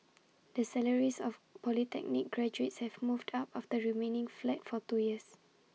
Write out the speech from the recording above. the salaries of polytechnic graduates have moved up after remaining flat for two years